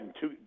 two